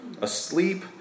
asleep